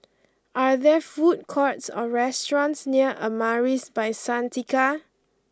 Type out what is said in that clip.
are there food courts or restaurants near Amaris by Santika